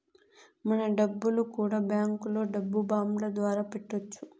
మన డబ్బులు కూడా బ్యాంకులో డబ్బు బాండ్ల ద్వారా పెట్టొచ్చు